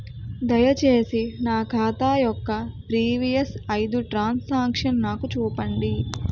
దయచేసి నా ఖాతా యొక్క ప్రీవియస్ ఐదు ట్రాన్ సాంక్షన్ నాకు చూపండి